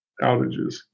outages